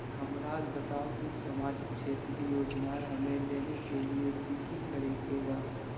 हमराज़ बताओ कि सामाजिक क्षेत्र की योजनाएं हमें लेने के लिए कि कि करे के बा?